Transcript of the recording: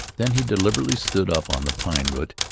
then he deliberately stood up on the pine root,